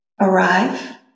arrive